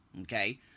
okay